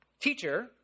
Teacher